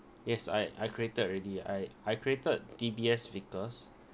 yes I I created already I I created D_B_S vickers